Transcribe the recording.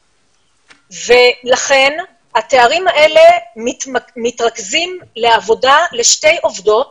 ולכן התארים האלה מתרכזים לעבודה לשתי עודות